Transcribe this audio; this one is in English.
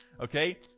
Okay